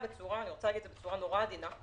בצורה אני רוצה לומר את זה בצורה נורא עדינה,